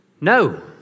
No